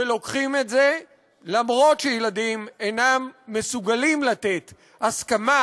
ולוקחים את זה אף שילדים אינם מסוגלים לתת הסכמה